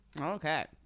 Okay